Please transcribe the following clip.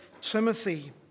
Timothy